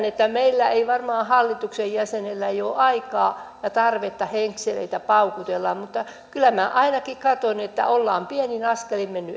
että meillä ei varmaan hallituksen jäsenillä ole aikaa ja tarvetta henkseleitä paukutella mutta kyllä minä ainakin katson että ollaan pienin askelin menty